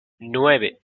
nueve